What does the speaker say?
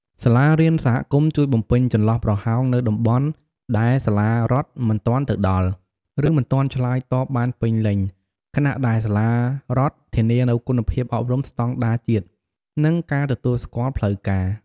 សាលារៀនសហគមន៍ជួយបំពេញចន្លោះប្រហោងនៅតំបន់ដែលសាលារដ្ឋមិនទាន់ទៅដល់ ឬមិនទាន់ឆ្លើយតបបានពេញលេញ ខណៈដែលសាលារដ្ឋធានានូវគុណភាពអប់រំស្តង់ដារជាតិ និងការទទួលស្គាល់ផ្លូវការ។